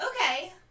okay